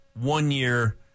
one-year